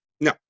No